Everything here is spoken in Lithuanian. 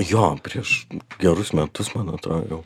jo prieš gerus metus man atro jau